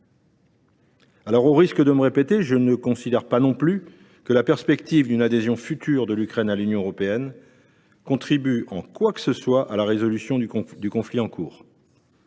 Au risque de me répéter, je ne considère pas non plus que la perspective d’une adhésion future de l’Ukraine à l’Union européenne contribue en quoi que ce soit à la résolution du conflit en cours.